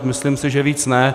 Myslím si, že víc ne.